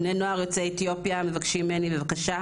בני נוער יוצאי אתיופיה מבקשים ממני בבקשה,